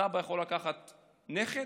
סבא יכול לקחת נכד,